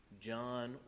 John